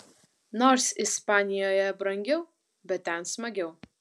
nors ispanijoje brangiau bet ten smagiau